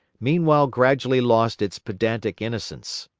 meanwhile gradually lost its pedantic innocence.